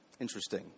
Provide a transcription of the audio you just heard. Interesting